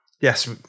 yes